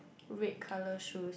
red colour shoes